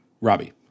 Robbie